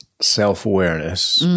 self-awareness